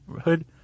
Hood